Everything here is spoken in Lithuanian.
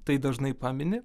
tai dažnai pamini